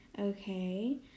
Okay